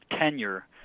tenure